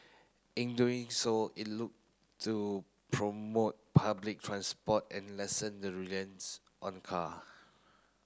in doing so it look to promote public transport and lessen the reliance on car